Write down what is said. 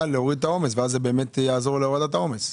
להוריד את העומס וזה באמת יעזור להורדת העומס.